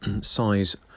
size